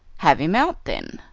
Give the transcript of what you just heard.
have him out then,